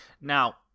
Now